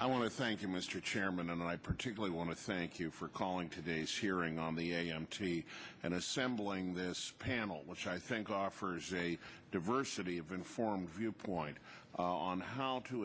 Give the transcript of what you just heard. i want to thank you mr chairman and i particularly want to thank you for calling today's hearing on the a m t and assembling this panel which i think offers a diversity of informed viewpoint on how to